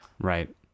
Right